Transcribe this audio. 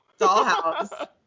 Dollhouse